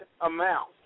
amount